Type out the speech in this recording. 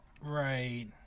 Right